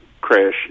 crash